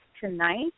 tonight